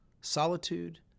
solitude